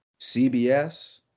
CBS